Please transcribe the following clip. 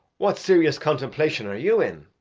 what serious contemplation are you in?